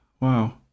Wow